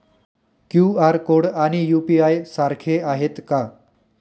QR code आणि UPI सारखे आहेत का?